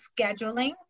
scheduling